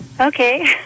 Okay